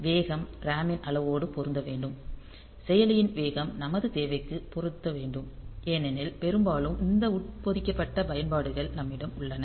வேகம் RAM ன் அளவோடு பொருந்த வேண்டும் செயலியின் வேகம் நமது தேவைக்கு பொருந்த வேண்டும் ஏனெனில் பெரும்பாலும் இந்த உட்பொதிக்கப்பட்ட பயன்பாடுகள் நம்மிடம் உள்ளன